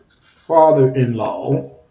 father-in-law